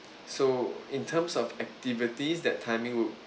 so in terms of activities that timing would